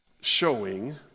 showing